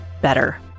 better